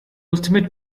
ultimate